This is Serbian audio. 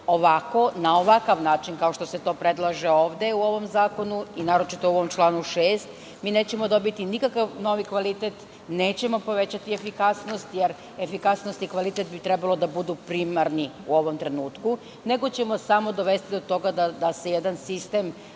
Ovako, na ovakav način, kao što se to predlaže ovde u ovom zakonu i naročito u ovom članu 6. nećemo dobiti nikakav novi kvalitet, nećemo povećati efikasnost, jer efikasnost i kvalitet bi trebalo da budu primarni u ovom trenutku, nego ćemo samo dovesti do toga da se jedan sistem